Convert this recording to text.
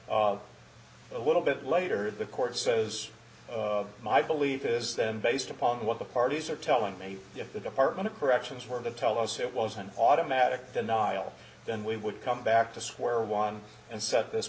of a little bit later the court says of my believe this then based upon what the parties are telling me if the department of corrections were to tell us it was an automatic denial then we would come back to square one and set this